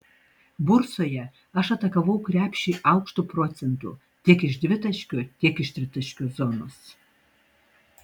bursoje aš atakavau krepšį aukštu procentu tiek iš dvitaškio tiek iš tritaškio zonos